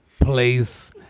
place